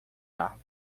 árvore